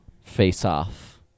face-off